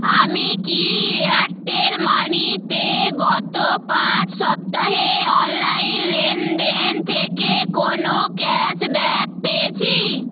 আমি কি এয়ারটেল মানিতে গত পাঁচ সপ্তাহে অনলাইন লেনদেন থেকে কোনও ক্যাশব্যাক পেয়েছি